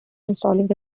installing